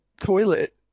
toilet